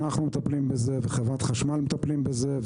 אנחנו מטפלים בזה וחברת חשמל מטפלים בזה.